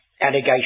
allegation